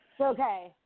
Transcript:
Okay